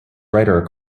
rider